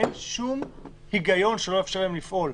ואין שום הגיון שלא לאפשר להם לפעול.